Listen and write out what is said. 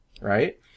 right